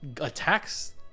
Attacks